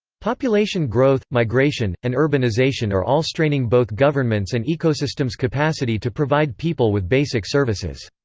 population growth, migration, and urbanization are all straining both governments' and ecosystems' capacity to provide people with basic services.